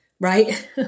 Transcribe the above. right